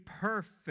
perfect